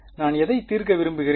நான் எதை தீர்க்க விரும்புகிறேன்